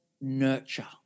nurture